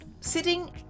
sitting